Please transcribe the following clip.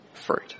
fruit